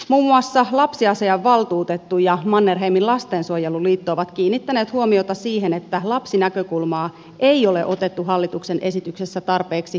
muun muassa lapsiasiavaltuutettu ja mannerheimin lastensuojeluliitto ovat kiinnittäneet huomiota siihen että lapsinäkökulmaa ei ole otettu hallituksen esityksessä tarpeeksi huomioon